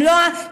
ממלוא,